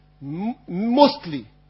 mostly